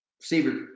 Receiver